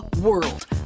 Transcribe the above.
world